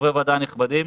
וחברי הוועדה הנכבדים,